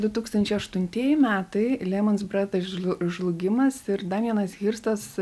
du tūkstančiai aštuntieji metai lehmans brothers žlu žlugimas ir dar vienas hirstas